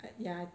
ya